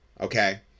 okay